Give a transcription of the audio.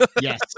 Yes